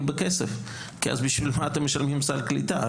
בכסף כי אז בשביל אתם משלמים סל קליטה?